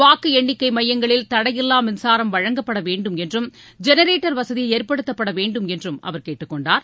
வாக்கு எண்ணிக்கை மையங்களில் தடையில்லா மின்சாரம் வழங்கப்படவேண்டும் என்றும் ஜெனரேட்டர் வசதி ஏற்படுத்தப்பட வேண்டும் என்றும் அவர் கேட்டுக்கொண்டார்